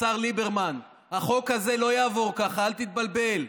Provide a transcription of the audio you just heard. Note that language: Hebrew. לשר ליברמן: החוק הזה לא יעבור ככה, אל תתבלבל.